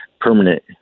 permanent